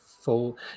Full